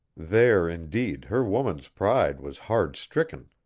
there indeed her woman's pride was hard stricken.